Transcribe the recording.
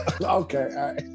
Okay